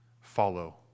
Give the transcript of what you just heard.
follow